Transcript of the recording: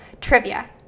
trivia